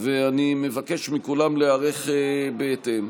אני מבקש מכולם להיערך בהתאם.